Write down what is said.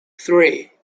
three